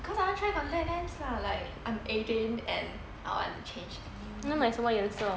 cause I want to try contact lens lah like I'm eighteen and I want to change my